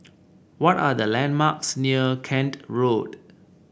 what are the landmarks near Kent Road